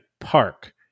park